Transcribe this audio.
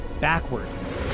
backwards